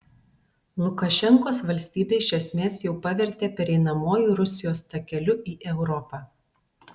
lukašenkos valstybę iš esmės jau pavertė pereinamuoju rusijos takeliu į europą